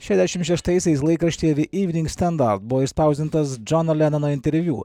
šešiasdešimt šeštaisiais laikraštyje ze invivg standat buvo išspausdintas džono lenono interviu